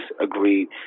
agreed